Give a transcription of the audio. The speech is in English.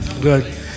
good